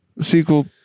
sequel